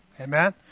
amen